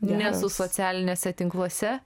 nesu socialiniuose tinkluose